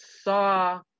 saw